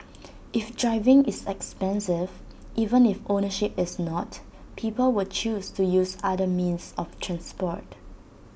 if driving is expensive even if ownership is not people will choose to use other means of transport